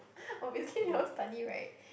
obviously never study right